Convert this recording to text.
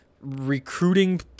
recruiting